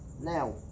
Now